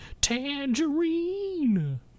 tangerine